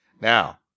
now